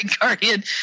Guardian